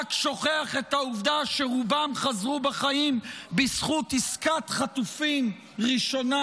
רק שוכח את העובדה שרובם חזרו בחיים בזכות עסקת חטופים ראשונה.